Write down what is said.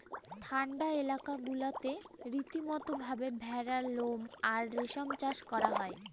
ঠান্ডা এলাকা গুলাতে রীতিমতো ভাবে ভেড়ার লোম আর রেশম চাষ করা হয়